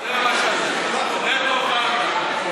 זה מה שאתם, נטו חרטא.